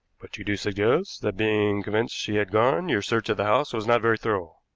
but you do suggest that, being convinced she had gone, your search of the house was not very thorough?